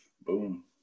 Boom